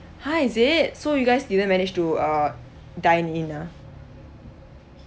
!huh! is it so you guys didn't manage to uh dine in ah